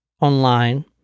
online